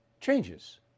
changes